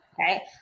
Okay